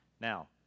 Now